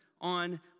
on